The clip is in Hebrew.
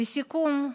לסיכום,